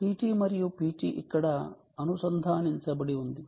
CT మరియు PT ఇక్కడ అనుసంధానించబడి ఉంది